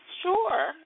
Sure